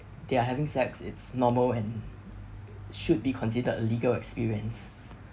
they are having sex it's normal and should be considered a legal experience